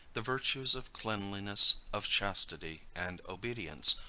the virtues of cleanliness, of chastity, and obedience,